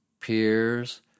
peers